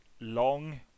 long